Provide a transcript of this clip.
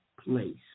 place